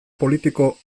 politiko